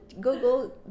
Google